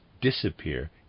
disappear